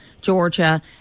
Georgia